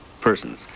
persons